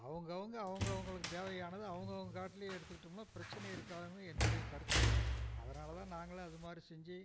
அவங்க அவங்க அவங்க அவங்களுக்கு தேவையானதை அவங்க அவங்க காட்டுலியே எடுத்துக்கிட்டோம்னா பிரச்சனை இருக்காதுனு என்னுடைய கருத்து அதனால் தான் நாங்களே அது மாதிரி செஞ்சு